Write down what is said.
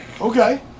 Okay